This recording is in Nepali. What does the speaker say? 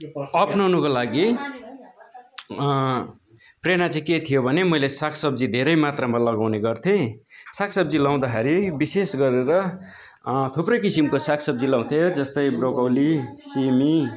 अप्नाउनको लागि प्रेरणा चाहिँ के थियो भने मैले साग सब्जी धेरै मात्रामा लगाउने गर्थेँ साग सब्जी लगाउँदाखेरि विशेष गरेर थुप्रै किसिमको साग सब्जी लगाउँथेँ जस्तै ब्रोकाउली सिमी